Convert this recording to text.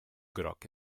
groc